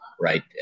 right